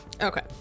Okay